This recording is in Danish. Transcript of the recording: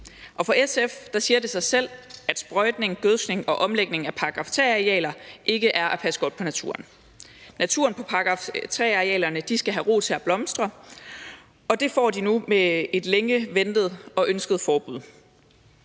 og for SF siger det sig selv, at sprøjtning, gødskning og omlægning af § 3-arealer ikke er at passe godt på naturen. Naturen på § 3-arealerne skal have ro til at blomstre, og det får den nu med et længe ventet og ønsket forbud.